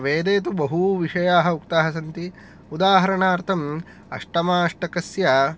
वेदे तु बहु विषयाः उक्ताः सन्ति उदाहरणार्थम् अष्टमाष्टकस्य